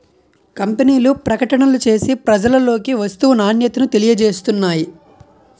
కంపెనీలు ప్రకటనలు చేసి ప్రజలలోకి వస్తువు నాణ్యతను తెలియజేస్తున్నాయి